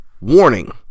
Warning